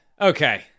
okay